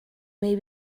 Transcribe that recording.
may